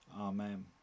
Amen